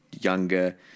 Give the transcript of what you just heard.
younger